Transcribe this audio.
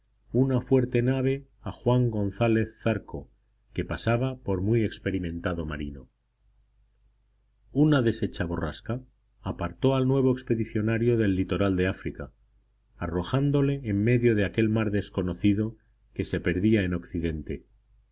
una fuerte nave a juan gonzález zarco que pasaba por muy experimentado marino una deshecha borrasca apartó al nuevo expedicionario del litoral de áfrica arrojándole en medio de aquel mar desconocido que se perdía en occidente